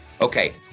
Okay